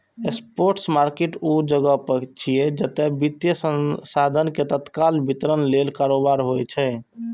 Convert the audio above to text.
spot market ऊ जगह छियै, जतय वित्तीय साधन के तत्काल वितरण लेल कारोबार होइ छै